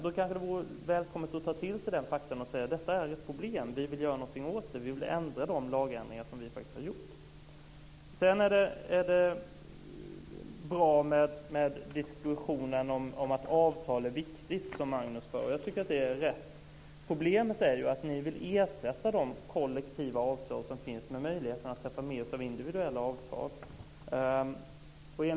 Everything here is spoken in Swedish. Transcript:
Det hade varit välkommet att ta till sig dessa fakta och säga: Detta är ett problem. Vi vill göra någonting åt det. Vi vill ändra på de lagändringar vi faktiskt har gjort. Sedan är det bra med den diskussion om att avtal är viktigt som Magnus för. Jag tycker att det är rätt. Problemet är ju att ni vill ersätta de kollektiva avtal som finns med en möjlighet att träffa mer av individuella avtal.